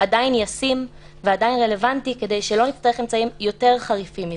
עדיין ישים ועדיין רלוונטי כדי שלא נצטרך אמצעים יותר חריפים מזה.